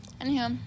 Anyhow